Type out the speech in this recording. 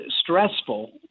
stressful